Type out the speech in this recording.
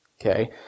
okay